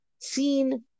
seen